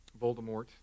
Voldemort